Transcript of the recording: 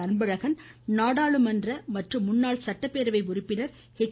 அன்பழகன் நாடாளுமன்ற மற்றும் முன்னாள் சட்டப்பேரவை உறுப்பினர் எச்